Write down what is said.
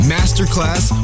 Masterclass